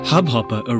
Hubhopper